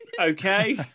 okay